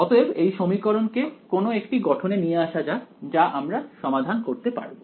অতএব এই সমীকরণকে কোনও একটি গঠনে নিয়ে আসা যাক যা আমরা সমাধান করতে পারবো